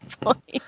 point